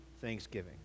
Thanksgiving